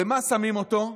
ומה שמים אותו?